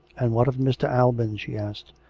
and what of mr. alban? she asked.